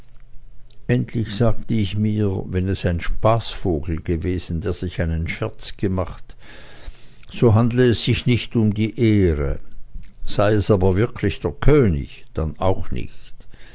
endlich sagte ich mir wenn es ein spaßvogel gewesen der sich einen scherz gemacht so handle es sich nicht um die ehre sei es aber wirklich der könig dann auch nicht